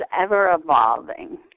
ever-evolving